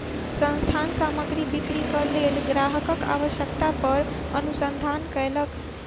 संस्थान सामग्री बिक्रीक लेल ग्राहकक आवश्यकता पर अनुसंधान कयलक